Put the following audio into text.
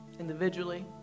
Individually